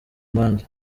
amande